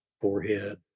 forehead